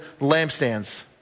lampstands